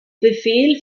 befehl